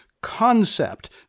concept